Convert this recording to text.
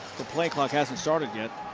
play clock hasn't started yet.